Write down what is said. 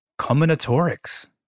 Combinatorics